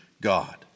God